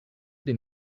des